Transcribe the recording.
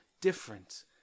different